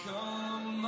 Come